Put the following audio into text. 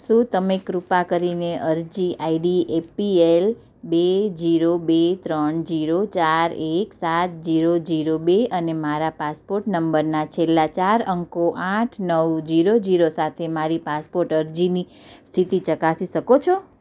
શું તમે કૃપા કરીને અરજી આઈડી એપીએલ બે જીરો બે ત્રણ જીરો ચાર એક સાત જીરો જીરો બે અને મારા પાસપોર્ટ નંબરના છેલ્લા ચાર અંકો આઠ નવ જીરો જીરો સાથે મારી પાસપોર્ટ અરજીની સ્થિતિ ચકાસી શકો છો